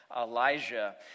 Elijah